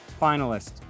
finalist